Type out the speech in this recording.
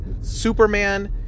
Superman